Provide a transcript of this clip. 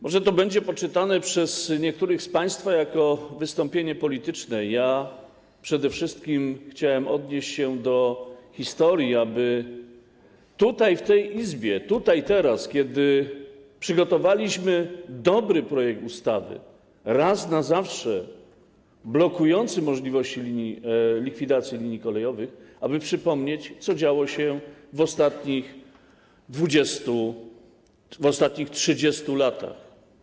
Może to będzie poczytane przez niektórych z państwa za wystąpienie polityczne, ale ja przede wszystkim chciałem odnieść się do historii, aby tutaj, w tej Izbie, tutaj, teraz, kiedy przygotowaliśmy dobry projekt ustawy, raz na zawsze blokujący możliwości likwidacji linii kolejowych, przypomnieć, co działo się w ostatnich 20, 30 latach.